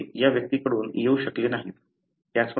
हे या व्यक्तीकडून येऊ शकले नसते